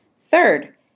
Third